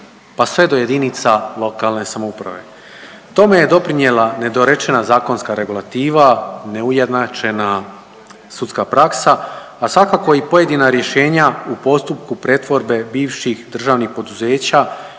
pa sve do JLS. Tome je doprinjela nedorečena zakonska regulativa, neujednačena sudska praksa, a svakako i pojedina rješenja u postupku pretvorbe bivših državnih poduzeća